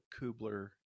Kubler